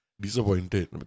disappointed